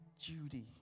Judy